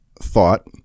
thought